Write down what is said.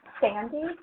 Sandy